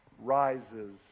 rises